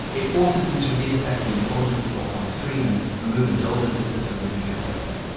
it forces them to reassess the importance of what's on the screen and remove indulgences that don't really add anything.